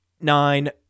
nine